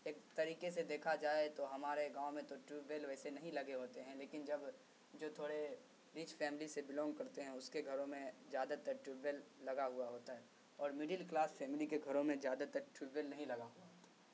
ایک تریقے سے دیکھا جائے تو ہمارے گاؤں میں تو ٹیوب بیل ویسے نہیں لگے ہوتے ہیں لیکن جب جو تھوڑے رچ فیملی سے بلانگ کرتے ہیں اس کے گھروں میں زیادہ تر ٹیوب ویل لگا ہوا ہوتا ہے اور مڈل کلاس فیملی کے گھروں میں زیادہ تر ٹیوب ویل نہیں لگا ہوا ہوتا ہے